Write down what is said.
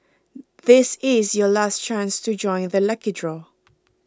this is your last chance to join the lucky draw